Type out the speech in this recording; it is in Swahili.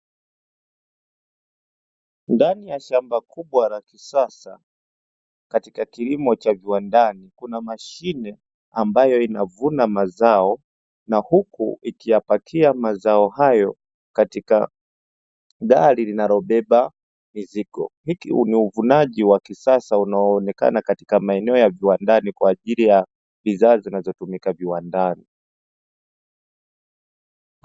Ndani ya shamba kubwa la kisasa, katika kilimo cha viwandani. Kuna mashine ambayo inavuna mazao na huku ikiyapakia mazao hayo katika gari linalobeba mizigo. Ni uvunaji wa kisasa unaoonekana katika maeneo ya viwandani kwa ajili ya bidhaa zinazotumika viwandani.